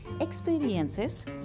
experiences